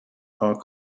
are